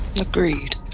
Agreed